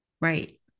Right